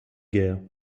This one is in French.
guerre